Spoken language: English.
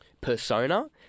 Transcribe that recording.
persona